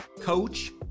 coach